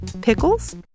Pickles